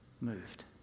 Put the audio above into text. moved